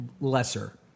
lesser